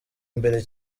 imbere